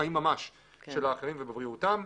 בחיים ממש, של האחרים ובבריאותם.